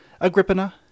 Agrippina